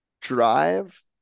drive